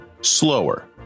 slower